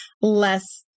less